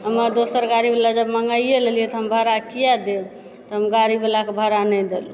हम दोसर गाड़ीवला जब मँगाइये लेलियइ तऽ हम भाड़ा किएक देब तऽ हम गाड़ीवला के भाड़ा नहि देलहुँ